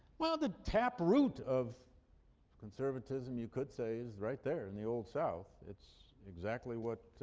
well, the taproot of conservatism you could say is right there in the old south. it's exactly what